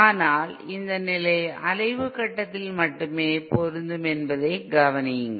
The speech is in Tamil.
ஆனால் இந்த நிலை அலைவு கட்டத்தில் மட்டுமே பொருந்தும் என்பதை கவனியுங்கள்